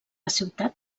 ciutat